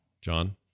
John